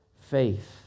faith